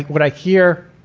what i hear